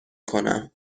کنم